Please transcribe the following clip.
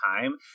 time